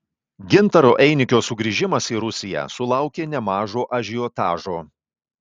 gintaro einikio sugrįžimas į rusiją sulaukė nemažo ažiotažo